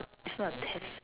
it's not a test